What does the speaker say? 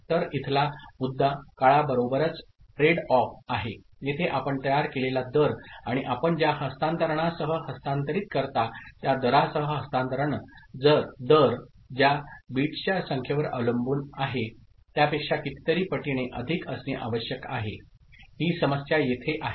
तर इथला मुद्दा काळाबरोबरच ट्रेडऑफ आहे येथे आपण तयार केलेला दर आणि आपण ज्या हस्तांतरणासह हस्तांतरित करता त्या दरासह हस्तांतरण दर ज्या बिट्सच्या संख्येवर अवलंबून आहेत त्यापेक्षा कितीतरी पटीने अधिक असणे आवश्यक आहे ही समस्या येथे आहे